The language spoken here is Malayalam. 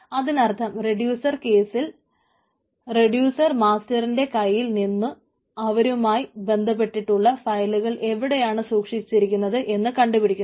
അതിനർത്ഥം റെഡ്യൂസർ കേസിൽ റെഡ്യൂസർ മാസ്റ്ററിന്റെ കയ്യിൽ നിന്ന് അവരുമായി ബന്ധപ്പെട്ടിട്ടുള്ള ഫയലുകൾ എവിടെയാണ് സൂക്ഷിച്ചിരിക്കുന്നത് എന്ന് കണ്ടുപിടിക്കുന്നു